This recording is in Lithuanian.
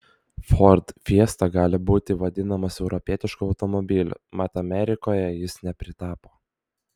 ford fiesta gali būti vadinamas europietišku automobiliu mat amerikoje jis nepritapo